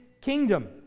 kingdom